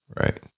right